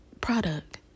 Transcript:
product